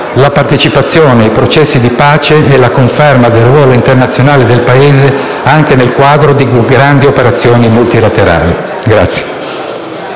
la partecipazione ai processi di pace e la conferma del ruolo internazionale del Paese anche nel quadro di grandi operazioni multilaterali.